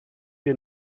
you